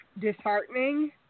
disheartening